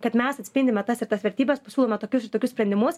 kad mes atspindime tas ir tas vertybes pasiūlome tokius ir tokius sprendimus